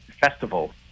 festival